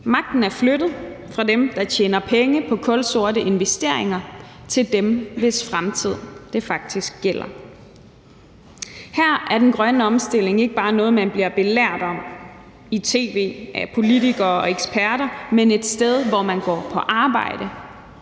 Magten er flyttet fra dem, der tjener penge på kulsorte investeringer, og til dem, hvis fremtid det faktisk gælder. Her er den grønne omstilling ikke bare noget, man bliver belært om i tv af politikere og eksperter, men det grønne velfærdssamfund